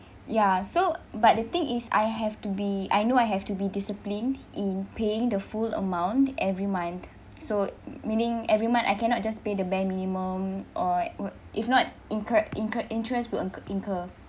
ya so but the thing is I have to be I know I have to be disciplined in paying the full amount every month so meaning every month I cannot just pay the bare minimum or would if not incurred incur interest will c~ incur